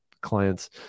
clients